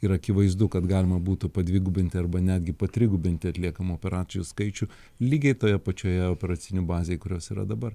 yra akivaizdu kad galima būtų padvigubinti arba netgi patrigubinti atliekamų operacijų skaičių lygiai toje pačioje operacinių bazėj kurios yra dabar